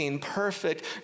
perfect